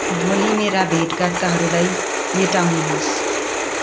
भोलि मेरा भेटघाटकाहरूलाई मेटाउनुहोस्